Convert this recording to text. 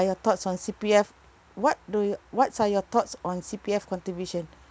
your thoughts on C_P_F what do you what are your thoughts on C_P_F contribution